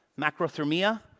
Macrothermia